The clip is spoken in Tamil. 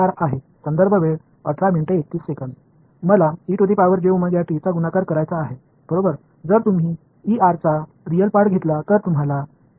நான் யை பெருக்க வேண்டும் நீங்கள் E r இன் உண்மையான பகுதியை எடுத்துக் கொண்டால் உங்களுக்கு நேர மாற்ற அளவு கிடைக்கும் நாங்கள் அதை விரும்பவில்லை